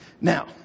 Now